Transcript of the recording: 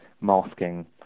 masking